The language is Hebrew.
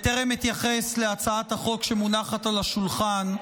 בטרם אתייחס להצעת החוק שמונחת על השולחן,